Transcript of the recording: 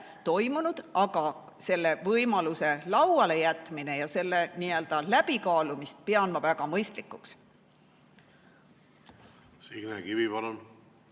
pole, aga selle võimaluse lauale jätmist ja selle läbikaalumist pean ma väga mõistlikuks. Signe Kivi, palun!